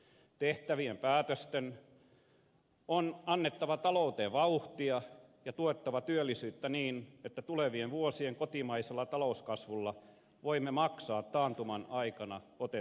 tehtävien päätösten on annettava talouteen vauhtia ja tuettava työllisyyttä niin että tulevien vuosien kotimaisella talouskasvulla voimme maksaa taantuman aikana otetut velat